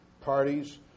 parties